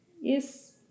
yes